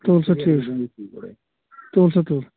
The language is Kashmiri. تُل سا ٹھیٖکھ چھُ تُل سا تُل